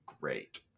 great